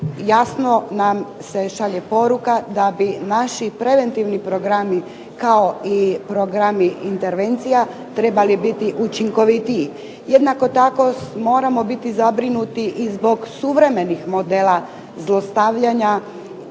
jasno se šalje poruka da bi naši preventivni programi kao i programi intervencija trebali biti učinkovitiji. Jednako tako moramo biti zabrinuti i zbog suvremenih modela zlostavljanja